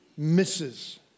Misses